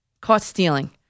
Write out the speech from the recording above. Caught-stealing